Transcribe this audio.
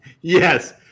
yes